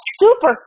super